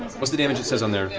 what's the damage it says on there.